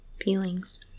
Feelings